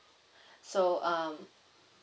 so um